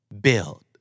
Build